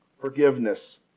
forgiveness